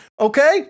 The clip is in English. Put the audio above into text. okay